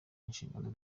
inshingano